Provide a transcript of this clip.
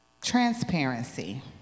Transparency